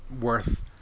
worth